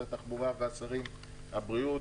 שרת התחבורה ושרי הבריאות,